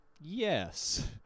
yes